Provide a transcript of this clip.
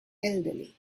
elderly